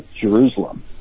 Jerusalem